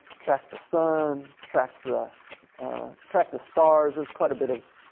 track the sun, track the track the stars. there's quite a bit of